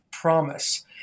promise